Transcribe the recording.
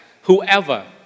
whoever